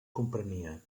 comprenia